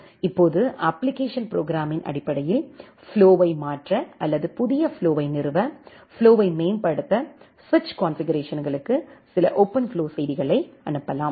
இப்போது அப்ப்ளிகேஷன் ப்ரோக்ராமின் அடிப்படையில் ஃப்ளோவை மாற்ற அல்லது புதிய ஃப்ளோவை நிறுவ ஃப்ளோவை மேம்படுத்த சுவிட்ச் கான்ஃபிகுரேஷன்களுக்கு சில ஓபன்ஃப்ளோ செய்திகளை அனுப்பலாம்